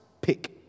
pick